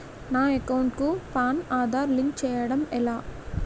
నా అకౌంట్ కు పాన్, ఆధార్ వివరాలు లింక్ చేయటం ఎలా?